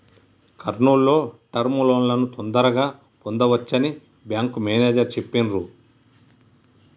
కర్నూల్ లో టర్మ్ లోన్లను తొందరగా పొందవచ్చని బ్యేంకు మేనేజరు చెప్పిర్రు